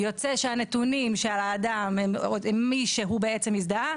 יוצא שהנתונים של האדם הם מי שהוא בעצם הזדהה,